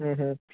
हम्म हम्म